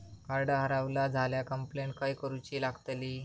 Card हरवला झाल्या complaint खय करूची लागतली?